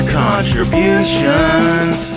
contributions